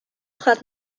gaat